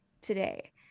today